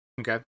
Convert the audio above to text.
okay